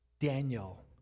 Daniel